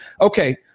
Okay